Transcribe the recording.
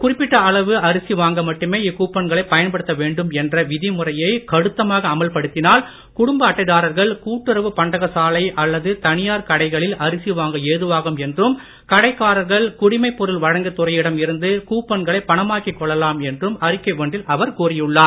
குறிப்பிட்ட அளவு அரிசி வாங்க மட்டுமே இக்கூப்பன்களை பயன்படுத்த வேண்டும் என்ற விதிமுறையை கடுத்தமாக அமல்படுத்தினால் குடும்ப அட்டை தாரர்கள் கூட்டுறவு பண்டக சாலை அல்லது தனியார் கடைகளில் அரிசி வாங்க ஏதுவாகும் என்றும் கடைக்காரர்கள் குடிமைப் பொருள் வழங்கு துறையிடம் இருந்து கூப்பன்களை பணமாக்கிக் கொள்ளலாம் என்றும் அறிக்கை ஒன்றில் அவர் கூறியுள்ளார்